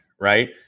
Right